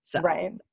Right